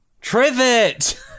Trivet